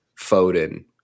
Foden